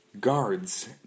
guards